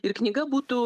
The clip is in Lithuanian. ir knyga būtų